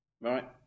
right